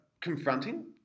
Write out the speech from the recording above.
confronting